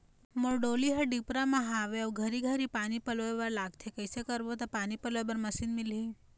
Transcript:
मोर डोली हर डिपरा म हावे अऊ घरी घरी पानी पलोए बर लगथे कैसे करबो त पानी पलोए बर मशीन मिलही?